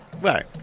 Right